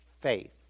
faith